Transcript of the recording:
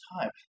time